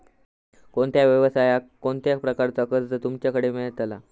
कोणत्या यवसाय कोणत्या प्रकारचा कर्ज तुमच्याकडे मेलता?